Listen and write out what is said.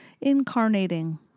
incarnating